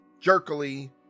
jerkily